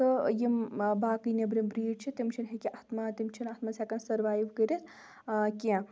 تہٕ یِم باقٕے نِؠبرِم بریٖڈ چھِ تِم چھِنہٕ ہٮ۪کہِ اَتھ ما تِم چھِنہٕ اتھ منٛز ہؠکان سٕروایِو کٔرِتھ کینٛہہ